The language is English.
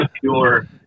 pure